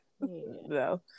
No